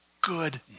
good